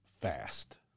fast